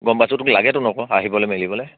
গম পাইছোঁ তোক লাগেতো ন আকৌ আহিবলে মেলিবলৈ